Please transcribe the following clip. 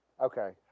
Okay